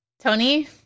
Tony